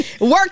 work